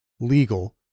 legal